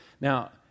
Now